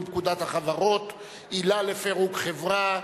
פקודת החברות (עילה לפירוק חברה),